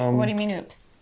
um what do you mean oops?